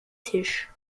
tisch